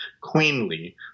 queenly